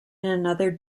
another